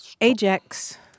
Ajax